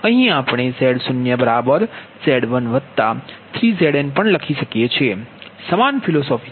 અહીં ખરેખર આપણે Z0Z13Zn પણ લખી શકીએ છીએ સમાન ફિલોસોફી